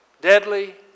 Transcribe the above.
deadly